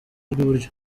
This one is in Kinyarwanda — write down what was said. rw’iburyo